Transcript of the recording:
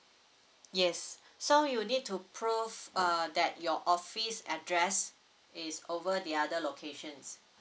yes so you need to prove uh that your office address is over the other locations